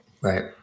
Right